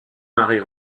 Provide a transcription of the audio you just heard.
marie